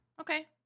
okay